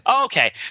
Okay